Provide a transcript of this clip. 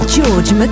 George